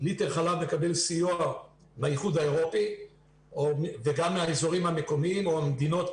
ליטר חלב מקבל סיוע באיחוד האירופי וגם מהאזורים המקומיים או המדינות,